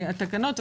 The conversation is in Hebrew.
התקנות.